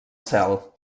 cel